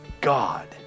God